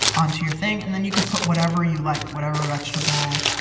onto your thing, and then you could put whatever you like, whatever vegetable.